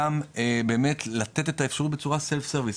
וגם באמת לתת את האפשרות בצורה self service.